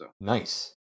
Nice